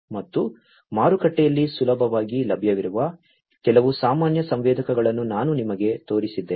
ಮತ್ತು ಮಾರುಕಟ್ಟೆಯಲ್ಲಿ ಸುಲಭವಾಗಿ ಲಭ್ಯವಿರುವ ಕೆಲವು ಸಾಮಾನ್ಯ ಸಂವೇದಕಗಳನ್ನು ನಾನು ನಿಮಗೆ ತೋರಿಸಿದ್ದೇನೆ